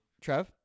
Trev